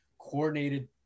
coordinated